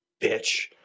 bitch